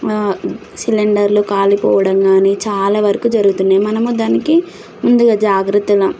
సిలిండర్లు కాలిపోవడం కాని చాలావరకు జరుగుతున్నాయి మనము దానికి ముందుగా జాగ్రత్తల